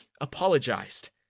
apologized